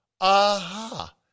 Aha